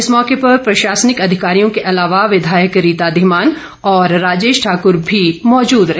इस मौके पर प्रशासनिक अधिकारियों के अलावा विधायक रीता धीमान और राजेश ठाकुर भी मौजूद रहे